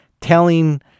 telling